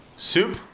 Soup